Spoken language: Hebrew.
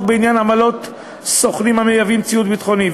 בעניין עמלות סוכנים המייבאים ציוד ביטחוני,